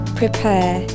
prepare